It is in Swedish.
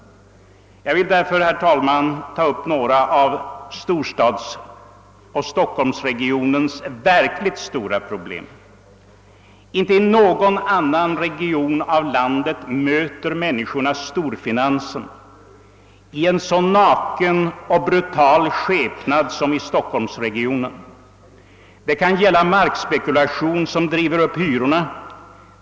Jag vill, herr talman, ta upp några av storstadsregionernas — och särskilt stockholmsregionens — verkligt stora problem. Inte i någon annan region av landet möter människorna storfinansen i en så naken och brutal skepnad som i stockholmsområdet. Det kan gälla markspekulation, som driver upp hyrorna.